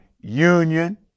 Union